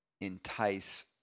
entice